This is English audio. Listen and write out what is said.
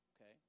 okay